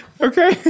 Okay